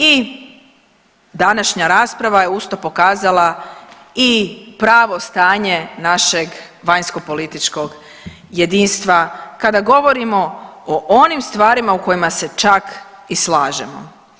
I današnja rasprava je uz to pokazala i pravo stanje našeg vanjsko-političkog jedinstva kada govorimo o onim stvarima o kojima se čak i slažemo.